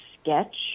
Sketch